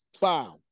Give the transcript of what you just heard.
Wow